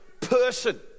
person